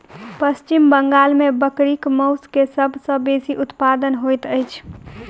पश्चिम बंगाल में बकरीक मौस के सब सॅ बेसी उत्पादन होइत अछि